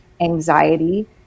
anxiety